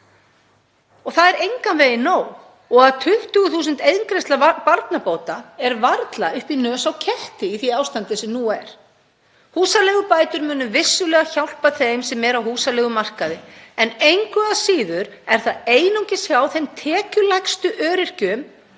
og það er engan veginn nóg og 20.000 eingreiðsla barnabóta er varla upp í nös á ketti í því ástandi sem nú er. Húsaleigubætur munu vissulega hjálpa þeim sem eru á húsaleigumarkaði en engu að síður er það einungis hjá tekjulægstu öryrkjum